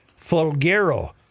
Folgero